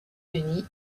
unis